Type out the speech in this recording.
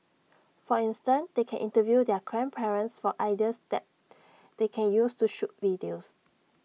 for instance they can interview their grandparents for ideas that they can use to shoot videos